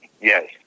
Yes